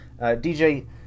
DJ